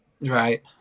Right